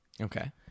Okay